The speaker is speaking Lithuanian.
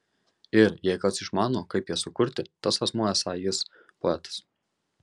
ir jei kas išmano kaip ją sukurti tas asmuo esąs jis poetas